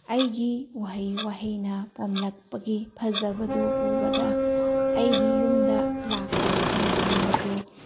ꯑꯩꯒꯤ ꯎꯍꯩ ꯋꯥꯍꯩꯅ ꯄꯣꯝꯂꯛꯄꯒꯤ ꯐꯖꯕꯗꯨ ꯎꯕꯗ ꯑꯩꯒꯤ ꯌꯨꯝꯗ ꯂꯥꯛꯄ ꯃꯤꯁꯤꯡꯅꯁꯨ